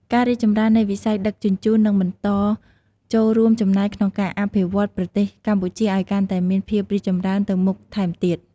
ការរីកចម្រើននៃវិស័យដឹកជញ្ជូននឹងបន្តចូលរួមចំណែកក្នុងការអភិវឌ្ឍប្រទេសកម្ពុជាឱ្យកាន់តែមានភាពរីកចម្រើនទៅមុខថែមទៀត។